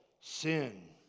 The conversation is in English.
Sin